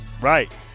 Right